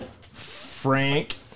Frank